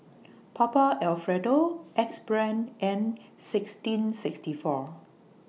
Papa Alfredo Axe Brand and sixteen sixty four